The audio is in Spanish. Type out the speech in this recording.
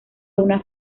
una